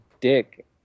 dick